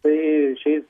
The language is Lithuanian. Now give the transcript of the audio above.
tai šiais